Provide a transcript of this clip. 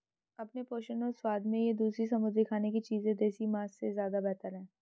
अपने पोषण और स्वाद में ये दूसरी समुद्री खाने की चीजें देसी मांस से ज्यादा बेहतर है